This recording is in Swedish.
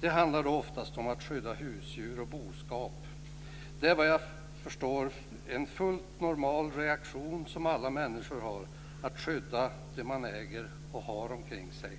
Det handlar oftast om att skydda husdjur och boskap. Det är vad jag förstår en fullt normal reaktion hos alla människor att skydda det man äger och har runtomkring sig.